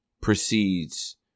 proceeds